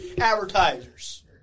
advertisers